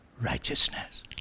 Righteousness